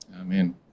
amen